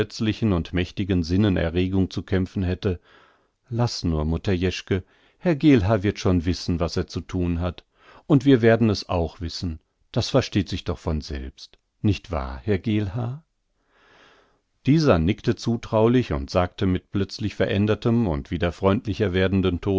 und mächtigen sinnen erregung zu kämpfen hätte laß nur mutter jeschke herr geelhaar wird schon wissen was er zu thun hat und wir werden es auch wissen das versteht sich doch von selbst nicht wahr herr geelhaar dieser nickte zutraulich und sagte mit plötzlich verändertem und wieder freundlicher werdendem